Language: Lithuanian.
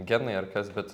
genai ar kas bet